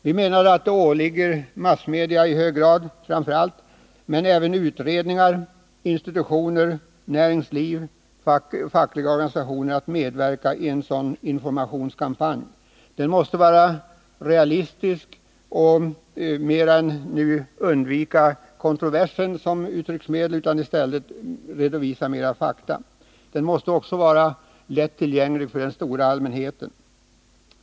Vi menar att det åligger framför allt massmedia men även utredningar, institutioner, näringsliv och fackliga organisationer att medverka i en sådan informationskampanj. Den måste vara realistisk och mer än nu undvika kontroversen som uttrycksmedel och i stället redovisa mera fakta. Den måste också vara mer lättillgänglig för den stora allmänheten.